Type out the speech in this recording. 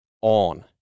on